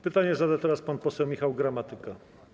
Pytanie zada teraz pan poseł Michał Gramatyka.